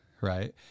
right